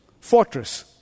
fortress